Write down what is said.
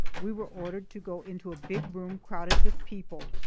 we were ordered to go into a big room crowded with people,